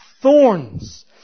thorns